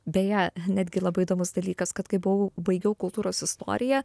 beje netgi labai įdomus dalykas kad kai buvau baigiau kultūros istoriją